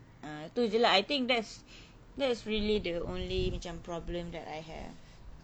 ah tu jer lah I think that's that's really the only macam problem that I have